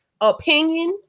opinion